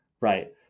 Right